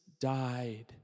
died